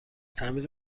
تعمیر